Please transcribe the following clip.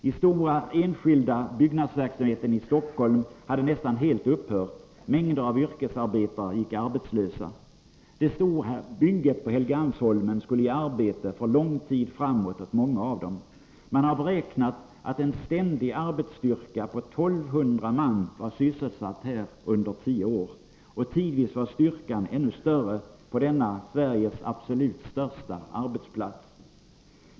Den stora enskilda byggnadsverksamheten i Stockholm hade nästan helt upphört, och mängder av yrkesarbetare gick arbetslösa. Det stora bygget på Helgeandsholmen skulle ge arbete för lång tid framåt åt många av dem. Man har beräknat att en ständig arbetsstyrka på 1 200 man var sysselsatt här under tio år. Tidvis var styrkan ännu större på denna Sveriges absolut största arbetsplats.